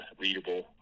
readable